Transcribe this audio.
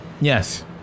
Yes